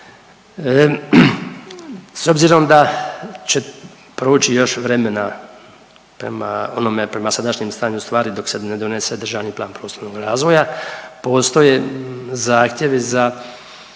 S obzirom da će proći još vremena prema onome prema sadašnjem stanju stvari dok se ne donese državni plan prostornog razvoja postoje zahtjevi za